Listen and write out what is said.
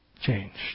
changed